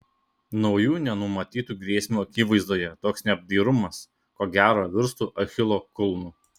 naujų nenumatytų grėsmių akivaizdoje toks neapdairumas ko gero virstų achilo kulnu